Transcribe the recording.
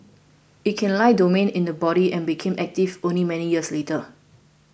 it can lie dormant in the body and become active only many years later